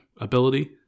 ability